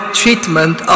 treatment